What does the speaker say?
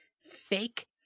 fake